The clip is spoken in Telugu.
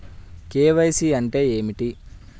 కే.వై.సి అంటే ఏమిటి?